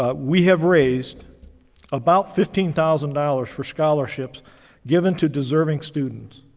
ah we have raised about fifteen thousand dollars for scholarships given to deserving students.